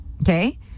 Okay